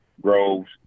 Groves